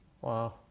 Wow